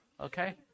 okay